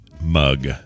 mug